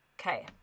Okay